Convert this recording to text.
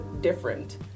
different